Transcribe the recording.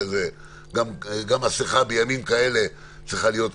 גם מסכה בימים כאלה צריכה להיות ככה,